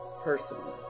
personally